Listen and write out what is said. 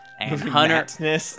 Hunter